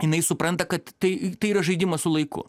jinai supranta kad tai tai yra žaidimas su laiku